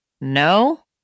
No